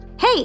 hey